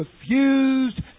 refused